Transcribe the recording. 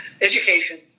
education